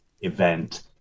event